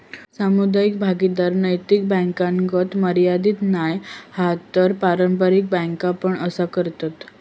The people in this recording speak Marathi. सामुदायिक भागीदारी नैतिक बॅन्कातागत मर्यादीत नाय हा तर पारंपारिक बॅन्का पण असा करतत